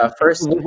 first